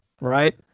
right